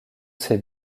ces